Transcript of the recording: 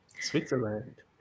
Switzerland